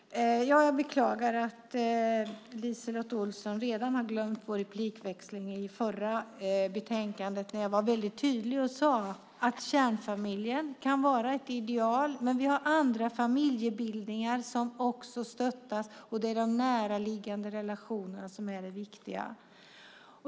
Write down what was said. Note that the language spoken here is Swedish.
Fru talman! Jag beklagar att LiseLotte Olsson redan har glömt vår replikväxling om det förra betänkandet där jag var väldigt tydlig och sade att kärnfamiljen kan vara ett ideal, men att vi har andra familjebildningar som också stöttas. Det är de näraliggande relationerna som är viktiga.